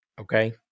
Okay